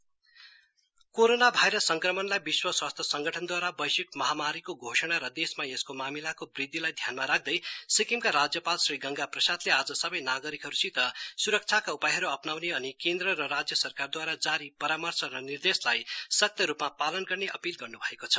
corona गर्भनर corona virus संक्रमणलाई विश्व स्वस्था संगठनद्वारा वैखिक महामारीको घोषणा र देशमा यसको मामिलाको वृध्दिलाई ध्यानमा राख्दै सिक्किमका राज्यपाल श्री गंगा प्रसादले आज सबै नागरिकहरूसित सुरक्षाका उपायहरू अप्नाउने अनि केन्द्र र राज्य सरकारद्वारा जारी परामर्श र निर्देशलाई सक्त रूपमा पालन गर्ने अपील गर्न्भएको छ